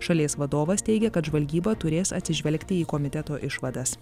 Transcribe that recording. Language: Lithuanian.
šalies vadovas teigia kad žvalgyba turės atsižvelgti į komiteto išvadas